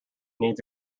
needs